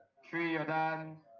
three and